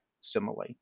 simile